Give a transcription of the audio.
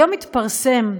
היום התפרסם,